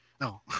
No